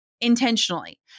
intentionally